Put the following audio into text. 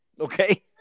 Okay